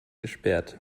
gesperrt